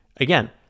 Again